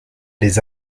les